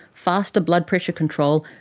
faster blood pressure control,